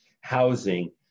housing